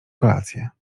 kolację